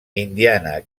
indiana